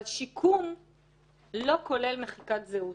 אבל שיקום לא כולל מחיקת זהות.